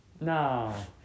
No